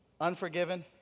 Unforgiven